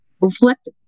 reflect